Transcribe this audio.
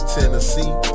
Tennessee